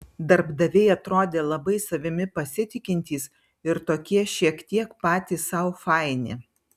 darbdaviai atrodė labai savimi pasitikintys ir tokie šiek tiek patys sau faini